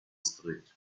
street